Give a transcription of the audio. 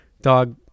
dog